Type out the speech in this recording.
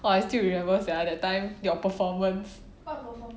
!wah! I still remember sia that time your performance